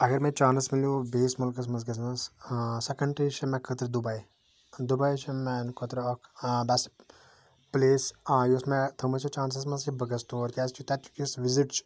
اگر مےٚ چانس مِلیو بیٚیِس مُلکَس مَنٛز گَژھنَس سۄ کَنٹری چھِ مےٚ خٲطرٕ دُبے دُبے چھِ میانہِ خٲطرٕ اکھ بیٚسٹ پلیس یۄس مےٚ تھٲومٕژ چھِ چانسَس منٛز بہٕ گَژھٕ تور کیازکہِ تتیُک یُس وِزِٹ چھُ